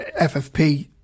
FFP